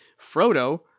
Frodo